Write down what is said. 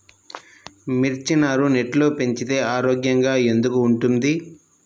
మిర్చి నారు నెట్లో పెంచితే ఆరోగ్యంగా ఎందుకు ఉంటుంది?